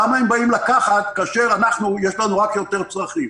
למה הם באים לקחת כאשר לנו יש רק יותר צרכים?